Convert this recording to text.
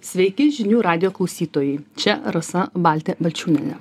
sveiki žinių radijo klausytojai čia rasa baltė balčiūnienė